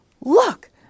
look